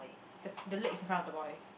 the f~ the legs in front of the boy